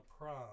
prom